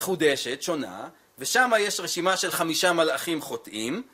מחודשת, שונה, ושמה יש רשימה של חמישה מלאכים חוטאים